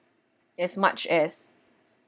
as much as